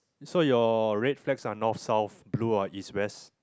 so your red flags are north south blue are East West